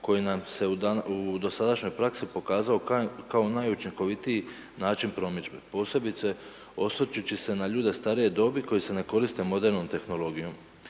koji nam se u dosadašnjoj praski pokazao kao najučinkovitiji način promidžbe. Posebice osvrćući se na ljude starije dobi, koji se ne koriste modernom tehnologijom.